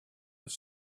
have